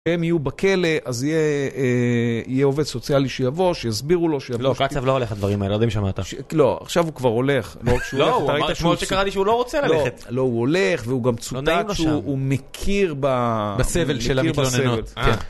הם יהיו בכלא, אז יהיה עובד סוציאלי שיבוא, שיסבירו לו שיבוא. לא, קצב לא הולך לדברים האלה, לא יודע אם שמעת. לא, עכשיו הוא כבר הולך. לא, הוא אמר אתמול שקראתי שהוא לא רוצה ללכת. לא, הוא הולך, והוא גם צודק שהוא מכיר בסבל שלה, מכיר בסבל.